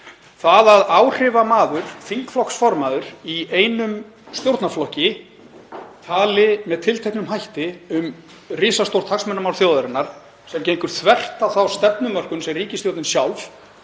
Það að áhrifamaður, þingflokksformaður í einum stjórnarflokki, tali með tilteknum hætti um risastórt hagsmunamál þjóðarinnar sem gengur þvert á þá stefnu sem ríkisstjórnin sjálf